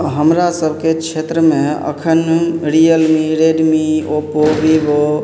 हमरा सबके क्षेत्रमे अखन Realme Redmi Oppo Vivo